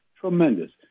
tremendous